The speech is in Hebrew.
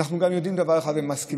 אנחנו גם יודעים דבר אחד ומסכימים,